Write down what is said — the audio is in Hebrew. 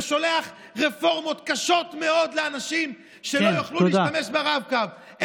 ושולח רפורמות קשות מאוד לאנשים שלא יוכלו להשתמש ברב-קו.